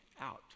out